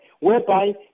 whereby